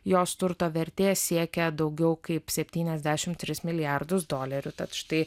jos turto vertė siekia daugiau kaip septyniasdešimt tris milijardus dolerių tad štai